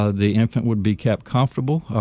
ah the infant would be kept comfortable.